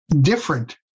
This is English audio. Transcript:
different